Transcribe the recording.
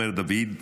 אומר דוד,